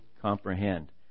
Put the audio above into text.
comprehend